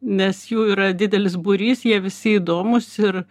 nes jų yra didelis būrys jie visi įdomūs ir